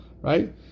right